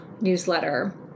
newsletter